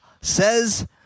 says